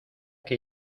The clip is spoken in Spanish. que